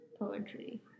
poetry